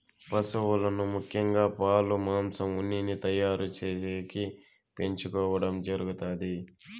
పసువులను ముఖ్యంగా పాలు, మాంసం, ఉన్నిని తయారు చేసేకి పెంచుకోవడం జరుగుతాది